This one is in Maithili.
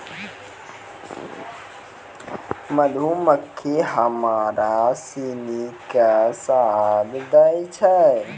मधुमक्खी हमरा सिनी के शहद दै छै